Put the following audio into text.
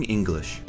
English